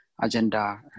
agenda